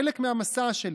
חלק מהמסע שלי.